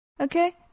Okay